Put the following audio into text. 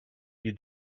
you